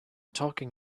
talking